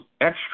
extra